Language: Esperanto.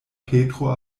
petro